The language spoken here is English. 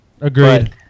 Agreed